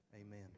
amen